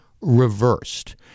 reversed